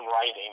writing